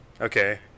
okay